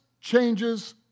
changes